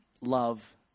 love